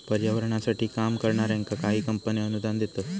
पर्यावरणासाठी काम करणाऱ्यांका काही कंपने अनुदान देतत